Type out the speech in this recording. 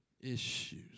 issues